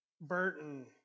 Burton